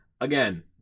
again